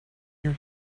your